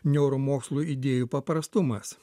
neuromokslų idėjų paprastumas